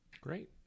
Great